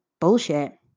bullshit